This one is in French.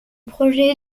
projet